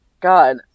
God